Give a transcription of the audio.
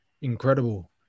incredible